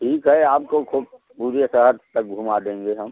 ठीक है आपको खूब पूरे शहर तक घूमा देंगे हम